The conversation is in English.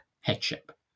headship